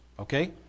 okay